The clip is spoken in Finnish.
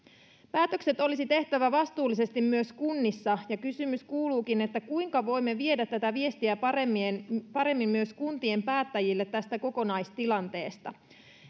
päätökset olisi tehtävä vastuullisesti myös kunnissa ja kysymys kuuluukin kuinka voimme viedä tätä viestiä paremmin paremmin myös kuntien päättäjille tästä kokonaistilanteesta